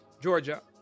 Georgia